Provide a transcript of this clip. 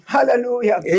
Hallelujah